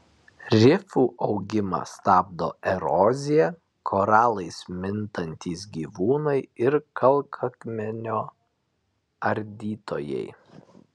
rifų augimą stabdo erozija koralais mintantys gyvūnai ir kalkakmenio ardytojai